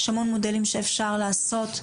יש המון מודלים שאפשר לעשות,